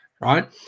right